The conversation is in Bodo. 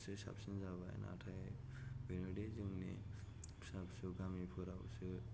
एसे साबसिन जाबाय नाथाय बेनोदि जोंनि फिसा फिसौ गामिफोरावसो